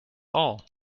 all